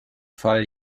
fall